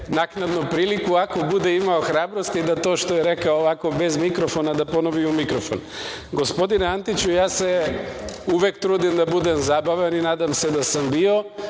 naknadno priliku ako bude imao hrabrosti da to što je rekao ovako bez mikrofona da ponovi i u mikrofon. Gospodine Antiću, ja se uvek trudim da budem zabavan i nadam se da sam bio,